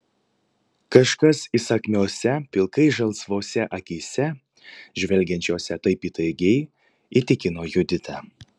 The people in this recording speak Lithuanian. kažkas įsakmiose pilkai žalsvose akyse žvelgiančiose taip įtaigiai įtikino juditą